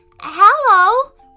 Hello